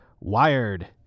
Wired